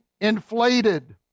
Inflated